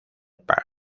perth